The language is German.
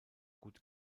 gut